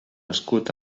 escut